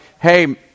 hey